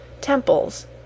temples